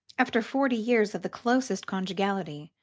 after forty years of the closest conjugality,